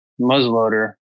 Muzzleloader